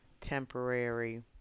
temporary